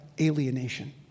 alienation